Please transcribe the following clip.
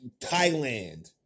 Thailand